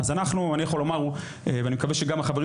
אז אני יכול לומר ואני מקווה שגם החברים